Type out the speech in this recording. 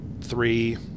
three